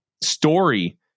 story